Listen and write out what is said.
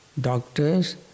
doctors